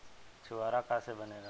छुआरा का से बनेगा?